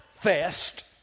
fest